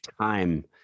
time